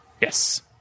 Yes